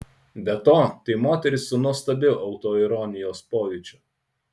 be to tai moteris su nuostabiu autoironijos pojūčiu